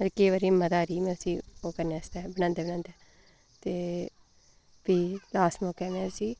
में केईं बारी मता हारी इस्सी ओह् करने आस्तै बनांदे बनांदे ते बी लास्ट मौकै में इस्सी